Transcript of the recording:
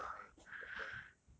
assume that I block them